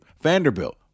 Vanderbilt